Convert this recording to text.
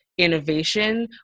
innovation